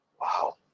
Wow